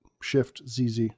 Shift-ZZ